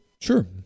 Sure